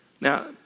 Now